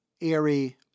airy